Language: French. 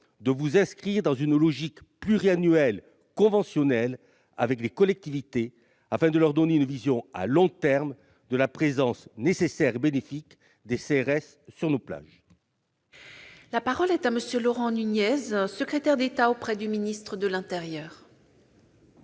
de vous engager dans une logique pluriannuelle conventionnelle avec les collectivités locales, afin de leur donner une vision à long terme de la présence nécessaire et bénéfique des CRS sur nos plages. La parole est à M. le secrétaire d'État auprès du ministre de l'intérieur.